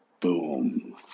Boom